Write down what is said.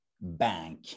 bank